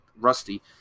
Rusty